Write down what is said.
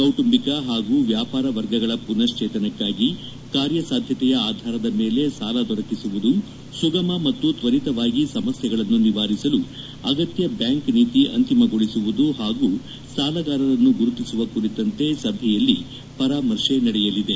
ಕೌಟುಂಬಿಕ ಹಾಗೂ ವ್ಯಾಪಾರ ವರ್ಗಗಳ ಮನಶ್ವೇತನಕ್ಕಾಗಿ ಕಾರ್ಯಸಾಧ್ಯತೆಯ ಆಧಾರದ ಮೇಲೆ ಸಾಲ ದೊರಕಿಸುವುದು ಸುಗಮ ಮತ್ತು ಕ್ವರಿತವಾಗಿ ಸಮಸ್ಯೆಗಳನ್ನು ನಿವಾರಿಸಲು ಆಗತ್ಯ ಬ್ಯಾಂಕ್ ನೀತಿ ಅಂತಿಮಗೊಳಿಸುವುದು ಪಾಗೂ ಸಾಲಗಾರರನ್ನು ಗುರುತಿಸುವ ಕುರಿತಂತೆ ಸಭೆಯಲ್ಲಿ ಪರಾಮರ್ಶೆ ನಡೆಯಲಿದೆ